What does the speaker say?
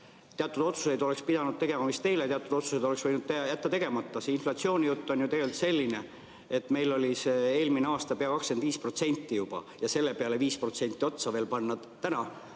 teatud otsused oleks pidanud tegema vist eile ja teatud otsused oleks võinud jätta tegemata. See inflatsioonijutt on tegelikult selline, et meil oli see eelmisel aastal pea 25% juba, ja sellele 5% täna otsa veel panna on